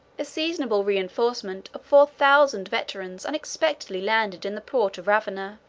a seasonable reenforcement of four thousand veterans unexpectedly landed in the port of ravenna.